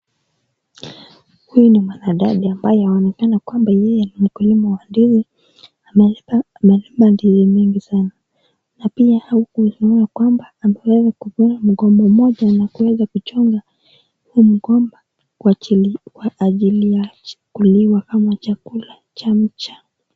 Huyu ni mwanadada ambaye anaoneka yeye ni mkulima wa ndizi. Amelima ndizi mingi sana na pia haukulima kwamba ameweza kuvuna mgomba moja na kuweza kuchongahuo mgomba kwa ajili ya kuliwa ama chakula cha mcha.